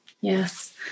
Yes